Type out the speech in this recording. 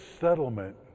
settlement